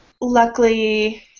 luckily